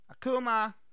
Akuma